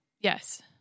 Yes